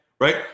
right